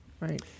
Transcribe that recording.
Right